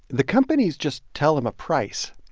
the companies just tell him a price.